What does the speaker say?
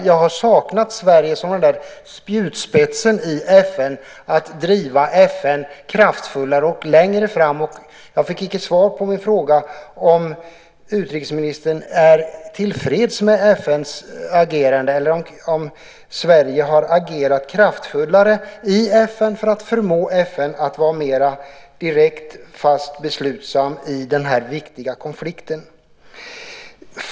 Jag har saknat Sverige som den där spjutspetsen i FN för att driva FN kraftfullare och längre framåt. Jag fick inte svar på min fråga om utrikesministern är tillfreds med FN:s agerande eller om Sverige har agerat kraftfullt i FN för att förmå FN att vara mer fast, direkt beslutsamt i den här viktiga konflikten.